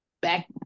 back